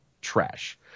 trash